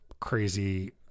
crazy